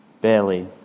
barely